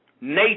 nature